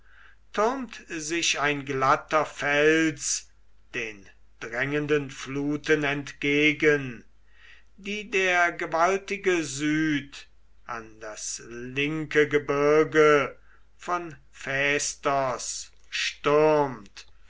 türmt sich ein glatter fels den drängenden fluten entgegen die der gewaltige süd an das linke gebirge vor phaistos stürmt